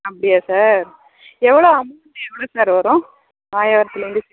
அப்படியா சார் எவ்வளோ அமௌண்ட் எவ்வளோ சார் வரும் மாயவரத்துலேருந்து